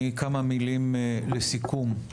כמה מילים לסיכום.